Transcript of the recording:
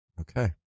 Okay